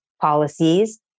policies